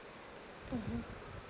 mmhmm